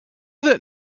that